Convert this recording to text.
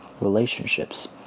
relationships